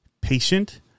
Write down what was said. patient